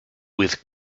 with